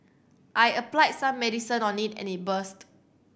I applied some medicine on it and it burst